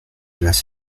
las